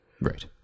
right